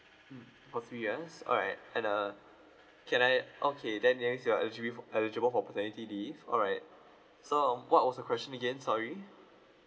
mm for three years all right and uh can I okay then yes you are eligible eligible for paternity leave all right so um what was the question again sorry